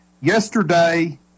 yesterday